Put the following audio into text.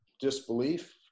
disbelief